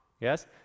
yes